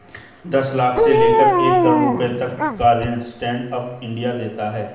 दस लाख से लेकर एक करोङ रुपए तक का ऋण स्टैंड अप इंडिया देता है